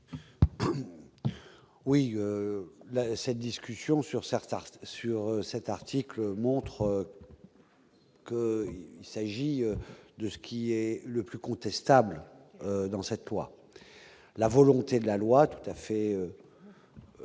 Oui, cette discussion sur certains sur cet article montre que il s'agit de ce qui est le plus contestable dans cette loi, la volonté de la loi tout à fait